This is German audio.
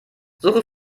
suche